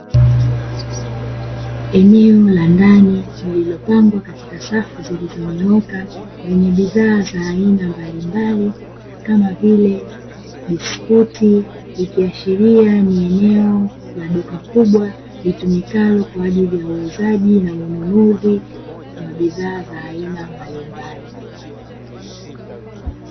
Eneo la ndani lililopangwa katika safu zilizonyooka, lenye bidhaa za aina mbalimbali kama vile biskuti, ikiashiria ni eneo la duka kubwa, litumikalo kwaajili ya uuzaji na ununuzi wa bidhaa za aina mbalimbali.